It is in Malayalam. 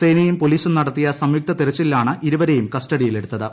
സേനയും പോലീസും നടത്തിയ സംയുക്ത തെരച്ചിലിലാണ് ഇരുവരെയും കസ്റ്റഡിയിലെടുത്തത്